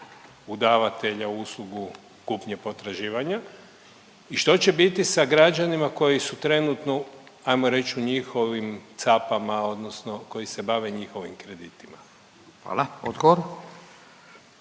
u davatelja uslugu kupnje potraživanja i što će biti sa građanima koji su trenutno, ajmo reći, u njihovim capama, odnosno koji se bave njihovim kreditima? **Radin,